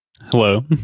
hello